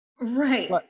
Right